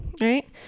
right